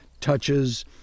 touches